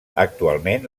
actualment